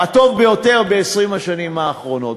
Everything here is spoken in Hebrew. הטוב ביותר ב-20 השנים האחרונות.